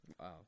Wow